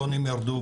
טונים ירדו,